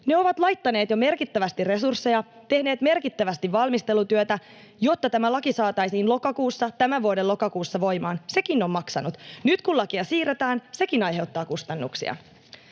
ovat laittaneet jo merkittävästi resursseja ja tehneet merkittävästi valmistelutyötä, jotta tämä laki saataisiin lokakuussa, tämän vuoden lokakuussa, voimaan. Sekin on maksanut. Nyt kun lakia siirretään, sekin aiheuttaa kustannuksia.